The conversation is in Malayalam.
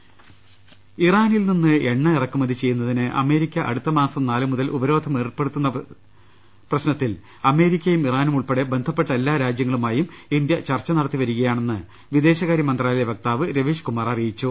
രദ്ദേഷ്ടങ ഇറാനിൽ നിന്ന് എണ്ണ ഇറക്കുമതി ചെയ്യുന്നതിന് അമേരിക്ക അടുത്ത മാസം നാലുമുതൽ ഉപരോധം ഏർപ്പെടുത്തുന്ന പ്രശ്നത്തിൽ അമേരിക്കയും ഇറാനും ഉൾപ്പെടെ ബന്ധപ്പെട്ട എല്ലാ രാജ്യങ്ങളുമായും ഇന്ത്യ ചർച്ച നട ത്തിവരികയാണെന്ന് വിദേശകാര്യ മന്ത്രാലയ വക്താവ് രവീഷ്കുമാർ അറി യിച്ചു